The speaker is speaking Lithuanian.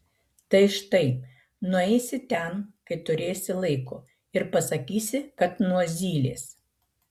tai štai nueisi ten kai turėsi laiko ir pasakysi kad nuo zylės